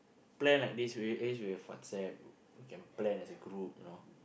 plan like this way at least we have WhatsApp we can plan as a group you know